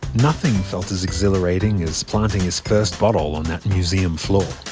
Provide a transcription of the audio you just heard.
nothing felt as exhilarating as planting his first bottle on that museum floor.